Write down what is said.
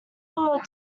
little